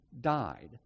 died